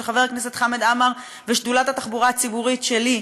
חבר הכנסת חמד עמאר ושדולת התחבורה הציבורית שלי,